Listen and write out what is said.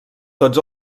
tots